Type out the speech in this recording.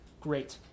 great